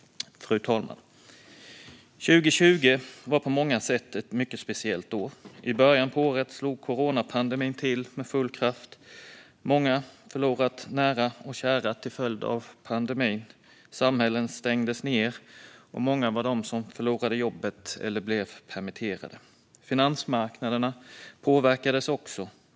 Fru talman! År 2020 var på många sätt ett mycket speciellt år. I början av året slog coronapandemin till med full kraft. Många förlorade nära och kära till följd av pandemin. Samhällen stängdes ned, och många var de som förlorade jobbet eller blev permitterade. Finansmarknaderna påverkades också.